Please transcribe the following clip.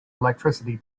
electricity